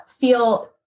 feel